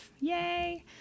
Yay